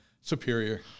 Superior